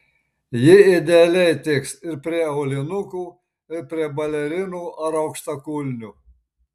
ji idealiai tiks ir prie aulinukų ir prie balerinų ar aukštakulnių